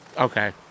Okay